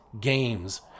games